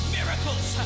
Miracles